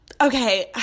okay